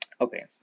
Okay